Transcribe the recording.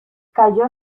calló